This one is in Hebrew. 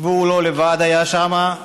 והוא לא היה שם לבד.